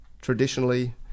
traditionally